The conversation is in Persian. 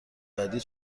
بعدی